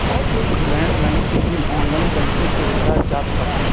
land line के bill online banking से भरा जात बाटे